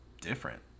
different